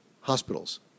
hospitals